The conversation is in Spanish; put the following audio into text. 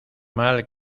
mal